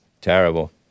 Terrible